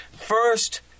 first